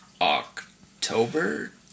October